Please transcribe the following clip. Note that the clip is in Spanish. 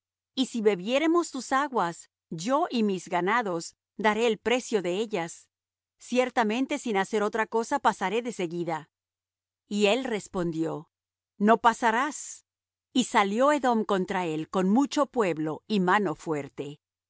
y si bebiéremos tus aguas yo y mis ganados daré el precio de ellas ciertamente sin hacer otra cosa pasaré de seguida y él respondió no pasarás y salió edom contra él con mucho pueblo y mano fuerte